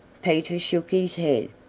peter shook his head.